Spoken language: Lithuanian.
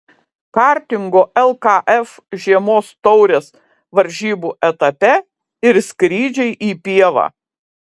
kartingo lkf žiemos taurės varžybų etape ir skrydžiai į pievą